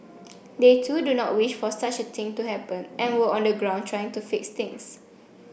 they too do not wish for such a thing to happen and were on the ground trying to fix things